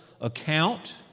account